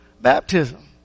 baptism